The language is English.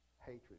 hatred